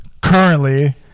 currently